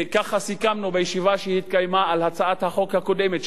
כך סיכמנו בישיבה שהתקיימה על הצעת החוק הקודמת,